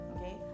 Okay